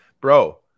bro